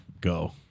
go